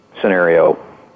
scenario